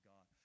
God